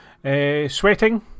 Sweating